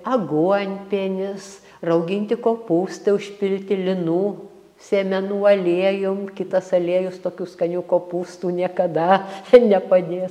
aguonpienis rauginti kopūstai užpilti linų sėmenų aliejum kitas aliejus tokių skanių kopūstų niekada nepadės